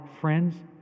friends